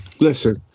Listen